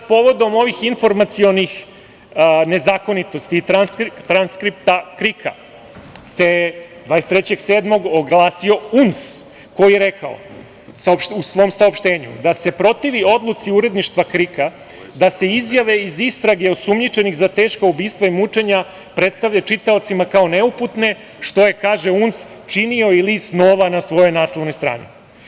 Povodom ovih informacionih nezakonitosti i transkripta KRIK-a se 23. jula oglasio UMS koji je rekao u svom saopštenju da se protivi odluci uredništva KRIK-a, da se izjave iz istrage osumnjičenih za teška ubistva i mučenja predstave čitaocima kao neuputne, što je kaže UMS činio i list „Nova“ na svojoj naslovnoj strani.